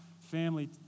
family